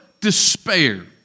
despair